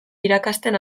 irakasten